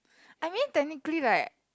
I mean technically like